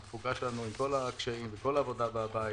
התפוקה שלנו עם כל הקשיים וכל העבודה מהבית